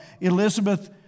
Elizabeth